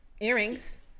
Earrings